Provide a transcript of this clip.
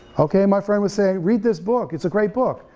okay my friend would say read this book, it's a great book,